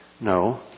No